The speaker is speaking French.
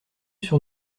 sur